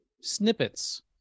snippets